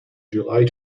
july